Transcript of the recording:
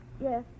Yes